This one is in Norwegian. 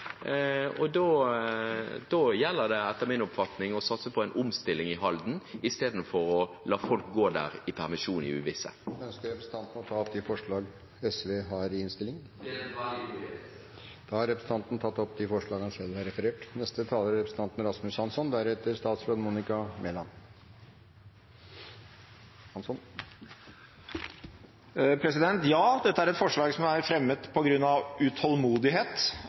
og da gjelder det etter min oppfatning å satse på en omstilling i Halden, i stedet for å la folk gå der i permisjon i uvisse. Ønsker representanten å ta opp de forslagene SV har i